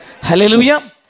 Hallelujah